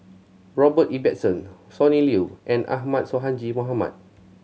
Robert Ibbetson Sonny Liew and Ahmad Sonhadji Mohamad